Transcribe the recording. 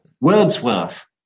Wordsworth